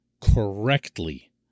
correctly